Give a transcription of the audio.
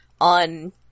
on